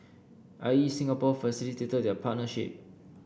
I E Singapore facilitated their partnership